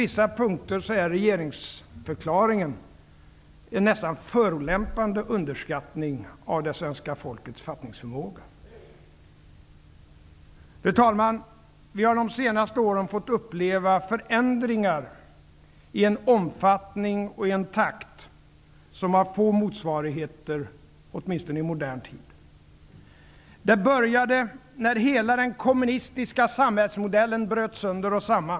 Jag upplever det som att regeringsförklaringen på vissa punkter är en förolämpande underskattning av det svenska folkets fattningsförmåga. Fru talman! Vi har under de senaste åren fått uppleva förändringar i en omfattning och i en takt med få motsvarigheter, åtminstone i modern tid. Det började när hela den kommunistiska samhällsmodellen bröt sönder och samman.